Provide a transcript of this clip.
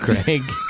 Craig